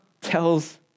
tells